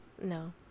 No